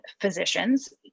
physicians